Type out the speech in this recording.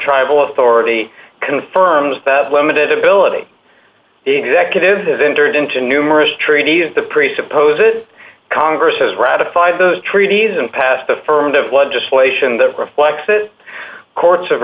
tribal authority confirms that limited ability executive entered into numerous treaties that presupposes congress has ratified those treaties and passed affirmed of legislation that reflects that courts have